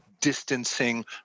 distancing